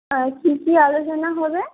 কী কী আলোচনা হবে